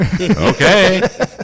okay